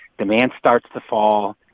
demand starts to fall,